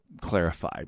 clarify